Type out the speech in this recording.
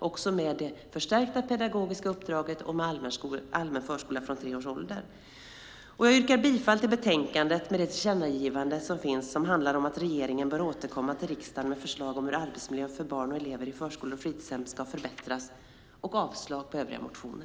Det gäller det förstärkta pedagogiska uppdraget om allmän förskola från tre års ålder. Jag yrkar bifall till förslaget i betänkandet med det tillkännagivande som finns och som handlar om att regeringen bör återkomma till riksdagen med förslag om hur arbetsmiljön för barn och elever i förskolor och fritidshem ska förbättras, och jag yrkar avslag på övriga motioner.